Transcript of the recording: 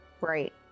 Right